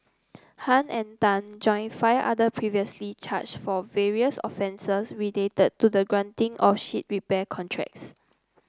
Han and Tan join five other previously charged for various offences related to the granting of ship repair contracts